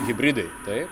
hibridai tai